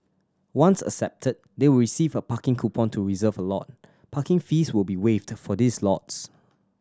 once accepted they will receive a parking coupon to reserve a lot Parking fees will be waived for these lots